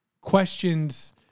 questions